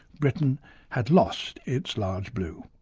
britain had lost its large blue.